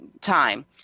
time